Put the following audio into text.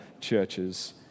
churches